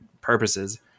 purposes